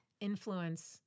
influence